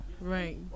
Right